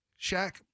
Shaq